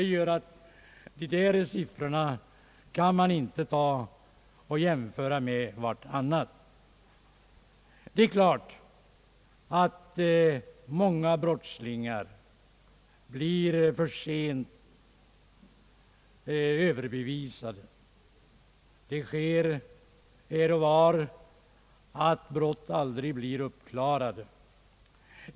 Det gör att man inte kan jämföra siffrorna med varandra. Det är klart att många brottslingar blir för sent överbevisade. Det händer här och var att brott aldrig blir uppklarade.